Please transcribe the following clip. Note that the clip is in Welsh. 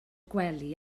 gwely